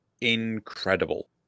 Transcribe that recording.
incredible